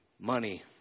money